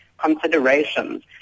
considerations